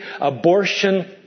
abortion